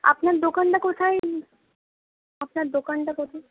আপনার দোকানটা কোথায় আপনার দোকানটা কোথায়